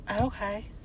Okay